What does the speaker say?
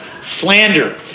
slander